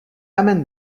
amène